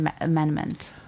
Amendment